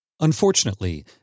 Unfortunately